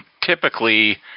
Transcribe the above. typically